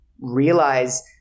realize